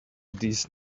these